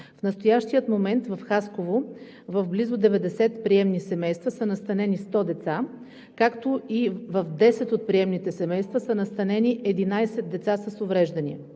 В настоящия момент в Хасково в близо 90 приемни семейства са настанени 100 деца, както и в 10 от приемните семейства са настанени 11 деца с увреждания.